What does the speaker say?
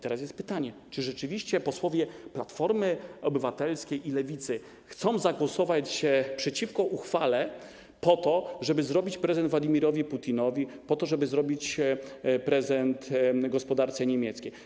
Teraz jest pytanie: Czy rzeczywiście posłowie Platformy Obywatelskiej i Lewicy chcą zagłosować przeciwko uchwale po to, żeby zrobić prezent Władimirowi Putinowi, po to, żeby zrobić prezent gospodarce niemieckiej?